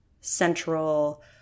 central